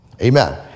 Amen